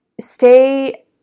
stay